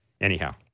Anyhow